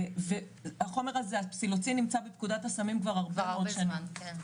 והחומר הזה הפסילוצבין נמצא בפקודת הסמים כבר הרבה שנים.